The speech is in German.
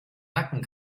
nacken